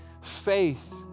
faith